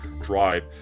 drive